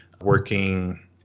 working